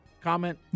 comment